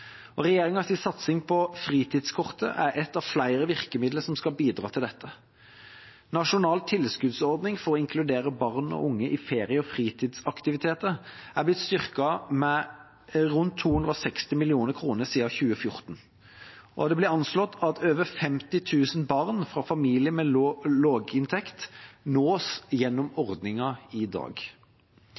satsing på fritidskortet er et av flere virkemidler som skal bidra til dette. Nasjonal tilskuddsordning for å inkludere barn og unge i ferie- og fritidsaktiviteter er blitt styrket med rundt 260 mill. kr siden 2014, og det blir anslått at over 50 000 barn fra familier med lav inntekt nås gjennom ordningen i dag.